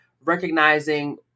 recognizing